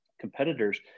competitors